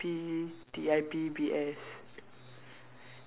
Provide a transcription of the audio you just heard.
W P E T I P B S